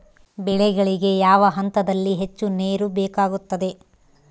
ಬೆಳೆಗಳಿಗೆ ಯಾವ ಹಂತದಲ್ಲಿ ಹೆಚ್ಚು ನೇರು ಬೇಕಾಗುತ್ತದೆ?